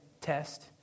test